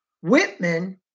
Whitman